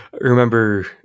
remember